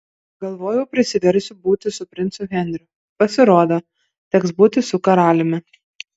galvojau prisiversiu būti su princu henriu pasirodo teks būti su karaliumi